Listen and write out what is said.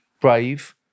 brave